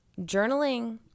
journaling